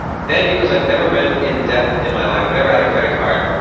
then because i've never been in debt in my life, i've never had a credit card,